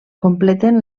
completen